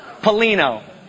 polino